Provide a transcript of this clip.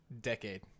decade